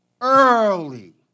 early